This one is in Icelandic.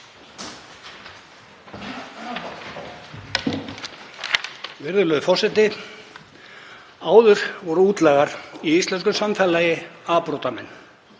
Virðulegur forseti. Áður voru útlagar í íslensku samfélagi afbrotamenn.